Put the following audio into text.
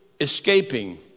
escaping